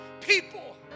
people